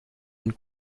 une